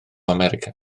america